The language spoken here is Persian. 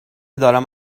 دارم